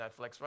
Netflix